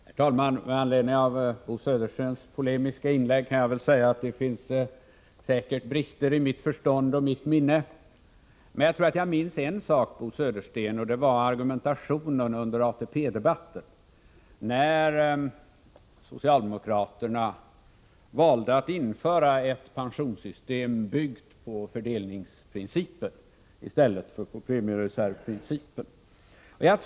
Herr talman! Med anledning av Bo Söderstens polemiska inlägg kan jag väl säga att det säkerligen finns brister i mitt förstånd och i mitt minne. Man jag tror att jag minns en sak, Bo Södersten, och det är argumentationen under ATP-debatten, när socialdemokraterna valde att införa ett pensionssystem, byggt på fördelningsprincipen i stället för på premiereservprincipen.